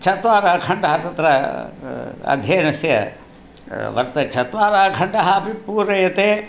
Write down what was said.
चत्वारः खण्डाः तत्र अध्ययनस्य वर्त चत्वारः खण्डाः अपि पूरयते